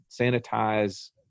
sanitize